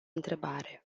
întrebare